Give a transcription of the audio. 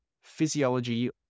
Physiology